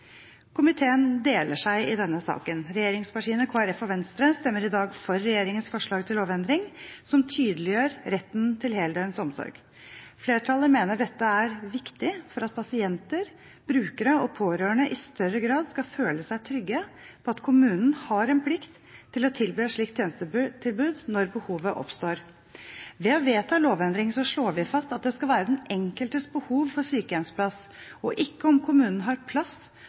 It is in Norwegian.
Komiteen deler seg i denne saken. Regjeringspartiene, Kristelig Folkeparti og Venstre stemmer i dag for regjeringens forslag til lovendring som tydeliggjør retten til heldøgns omsorg. Flertallet mener dette er viktig for at pasienter, brukere og pårørende i større grad skal føle seg trygge på at kommunen har plikt til å tilby en slik tjeneste når behovet oppstår. Ved å vedta lovendringen slår vi fast at det skal være den enkeltes behov for sykehjemsplass – ikke om kommunen har plass